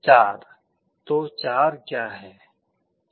4 तो 4 क्या है